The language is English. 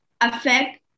affect